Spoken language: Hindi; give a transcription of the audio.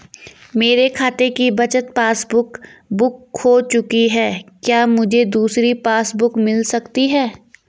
मेरे खाते की बचत पासबुक बुक खो चुकी है क्या मुझे दूसरी पासबुक बुक मिल सकती है?